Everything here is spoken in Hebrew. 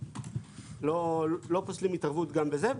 לא פוסלים התערבות גם בזה.